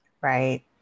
Right